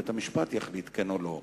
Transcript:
בית-המשפט יחליט כן או לא.